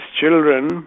children